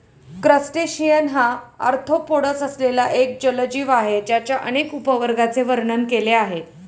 crustacean हा arthropods असलेला एक जलजीव आहे ज्याच्या अनेक उपवर्गांचे वर्णन केले आहे